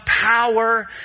power